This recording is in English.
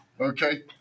Okay